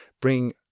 bring